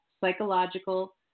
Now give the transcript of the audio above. psychological